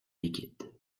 liquide